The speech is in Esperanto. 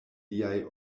liaj